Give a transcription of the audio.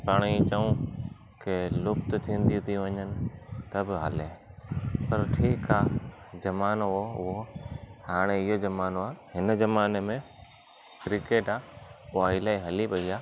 हाणे इयं चऊं के लुप्त थींदी थी वञनि त बि हले पर ठीकु आहे ज़मानो हो उहो हाणे हीअं ज़मानो आहे हिन ज़माने में क्रिकेट आहे उहा इलाही हली पेई आहे